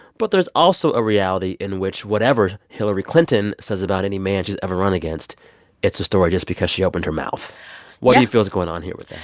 but there is also a reality in which whatever hillary clinton says about any man she's ever run against it's a story just because she opened her mouth yeah what do you feel is going on here with that?